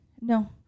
no